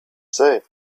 say